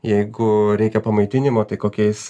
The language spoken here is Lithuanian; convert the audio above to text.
jeigu reikia pamaitinimo tai kokiais